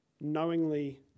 knowingly